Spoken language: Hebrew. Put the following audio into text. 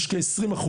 שהם כ- 20%,